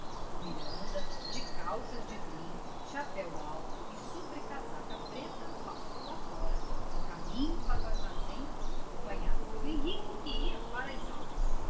miranda de calças de brim chapéu alto e sobrecasaca preta passou lá fora em caminho para o armazém acompanhado pelo henrique que ia para as aulas